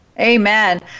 Amen